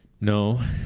No